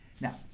Now